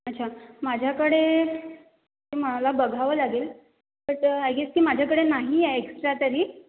अच्छा माझ्याकडे मला बघावं लागेल बट आय गेस ती माझ्याकडे नाही आहे एक्सट्रा तरी